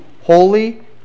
holy